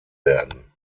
werden